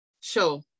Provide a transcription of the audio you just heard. show